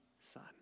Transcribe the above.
son